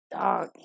Dog